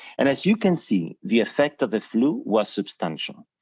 and as you can see, the effect of the flu was substantial,